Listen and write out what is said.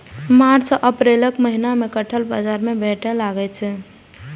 मार्च आ अप्रैलक महीना मे कटहल बाजार मे भेटै लागै छै